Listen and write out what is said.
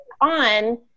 on